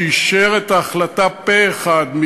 שאישר את ההחלטה פה-אחד,